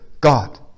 God